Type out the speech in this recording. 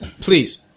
Please